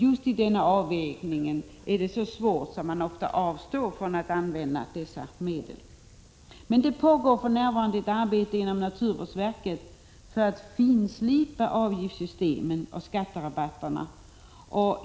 Just denna avvägning är så svår att man ofta avstår från att använda sådana medel. Men det pågår för närvarande ett arbete inom naturvårdsverket för att finslipa avgiftssystemen och skatterabatterna.